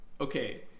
okay